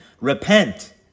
Repent